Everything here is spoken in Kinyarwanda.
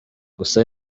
gusa